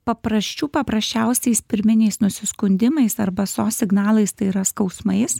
paprasčių paprasčiausiais pirminiais nusiskundimais arba sos signalais tai yra skausmais